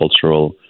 cultural